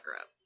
up